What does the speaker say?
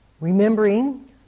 remembering